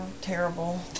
terrible